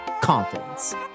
confidence